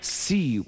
see